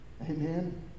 Amen